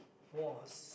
was